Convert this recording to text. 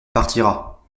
partira